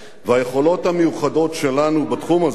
והיכולות המיוחדות שלנו בתחום הזה,